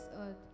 earth